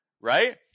Right